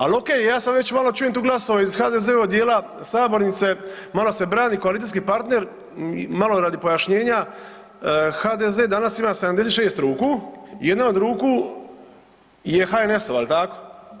Ali ok, ja sad već malo čujem tu glasove iz HDZ-ovog dijela sabornice malo se brani koalicijski partner i malo radi pojašnjenja, HDZ danas ima 76 ruku i jedna od ruku je HNS-ova jel tako?